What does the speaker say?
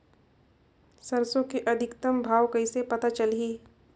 सरसो के अधिकतम भाव कइसे पता चलही?